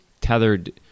tethered